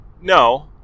no